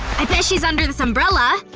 i bet she's under this umbrella